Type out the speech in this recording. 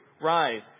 rise